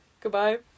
goodbye